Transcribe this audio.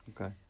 Okay